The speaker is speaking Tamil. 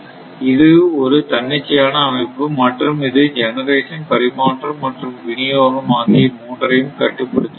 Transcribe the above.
இது ஒரு தன்னிச்சையான அமைப்பு மற்றும் இது ஜெனரேஷன் பரிமாற்றம் மற்றும் விநியோகம் generation transmission and distibution ஆகிய மூன்றையும் கட்டுப்படுத்துகிறது